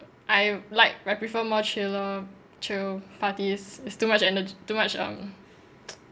I like I prefer more chiller chill parties it's too much energy too much um